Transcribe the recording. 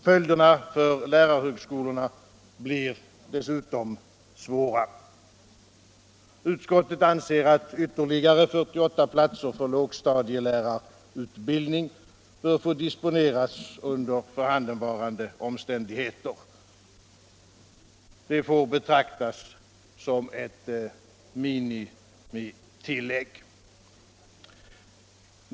Följderna för lärarhögskolorna blir dessutom svåra. Utskottet anser att ytterligare 48 platser för lågstadielärarutbildning bör få disponeras under förhandenvarande omständigheter. Det får betraktas som ett minimitillägg.